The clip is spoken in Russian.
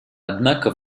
однако